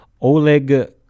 oleg